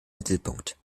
mittelpunkt